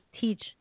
teach